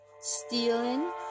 stealing